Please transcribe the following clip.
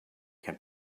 can